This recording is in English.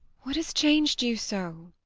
what has changed you so?